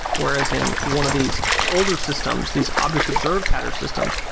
whereas in one of these older systems, these object observed pattern systems,